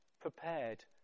Prepared